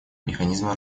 механизма